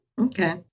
Okay